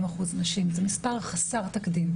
מספר חסר תקדים.